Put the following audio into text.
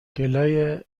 گـلای